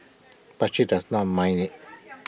but he does not mind IT